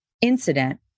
incident